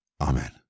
Amen